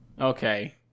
Okay